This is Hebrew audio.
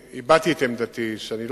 אולם יישום רעיון זה תלוי בתנאים שטרם הבשילו.